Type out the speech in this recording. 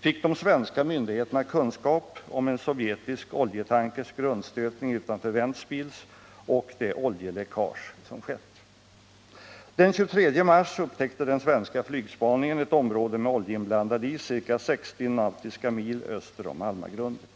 fick de svenska myndigheterna kunskap om en sovjetisk oljetankers grundstötning utanför Ventspils och det oljeläckage som skett. Den 23 mars upptäckte den svenska flygspaningen ett område med oljeinblandad is ca 60 nautiska mil öster om Almagrundet.